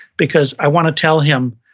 because i wanna tell him,